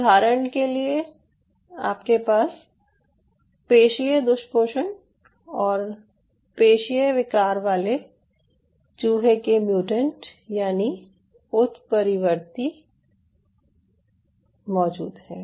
उदाहरण के लिए आपके पास पेशीय दुष्पोषण और पेशीय विकार वाले चूहे के म्युटेंट यानि उत्परिवर्ती हैं